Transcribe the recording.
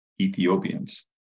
Ethiopians